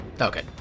Okay